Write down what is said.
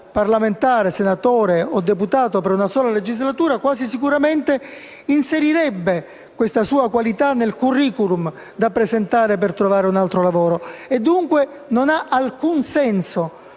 parlamentare, senatore o deputato, anche se solo per una legislatura, quasi sicuramente inserirebbe questa esperienza nel *curriculum* da presentare per trovare un altro lavoro e, dunque, non ha alcun senso